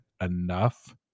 enough